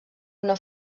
una